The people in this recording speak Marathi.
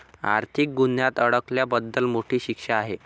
आर्थिक गुन्ह्यात अडकल्याबद्दल मोठी शिक्षा आहे